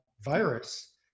virus